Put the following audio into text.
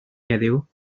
heddiw